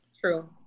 True